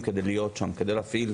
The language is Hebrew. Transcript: בהגנת סייבר,